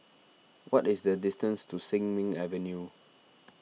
what is the distance to Sin Ming Avenue